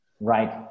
Right